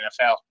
NFL